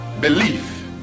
belief